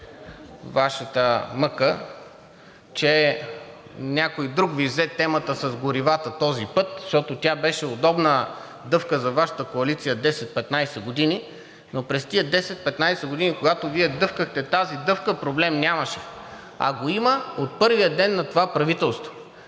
Вашата мъка, че някой друг Ви взе темата с горивата този път, защото тя беше удобна дъвка за Вашата коалиция 10 – 15 години, но през тези 10 – 15 години, когато Вие дъвкахте тази дъвка, проблем нямаше, а го има от първия ден на това правителство,